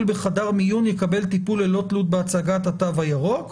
בחדר המיון יקבל טיפול ללא תלות בהצגת התו הירוק.